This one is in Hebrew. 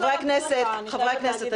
חברי הכנסת,